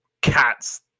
cats